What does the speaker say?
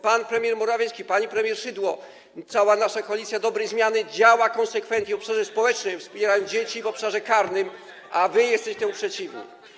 Pan premier Morawiecki, pani premier Szydło, cała nasza koalicja dobrej zmiany działa konsekwentnie w obszarze społecznym, wspierając dzieci, w obszarze karnym, a wy jesteście temu przeciwni.